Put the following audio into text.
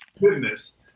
Goodness